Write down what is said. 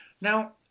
Now